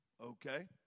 Okay